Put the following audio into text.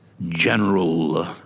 general